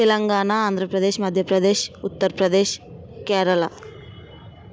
Telangana Andhra Pradesh Madhya Pradesh Uttar Pradesh Kerala